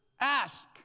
ask